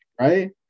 Right